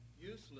useless